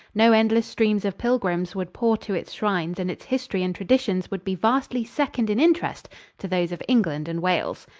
no endless streams of pilgrims would pour to its shrines and its history and traditions would be vastly second in interest to those of england and wales.